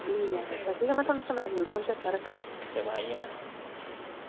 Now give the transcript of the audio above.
लेई आएओ फ्ही ठीक ऐ में थुआनू सनाई ओड़ेआ हून चेता रक्खेओ